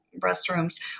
restrooms